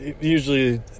usually